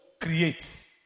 Creates